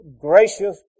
Gracious